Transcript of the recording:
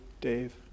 Dave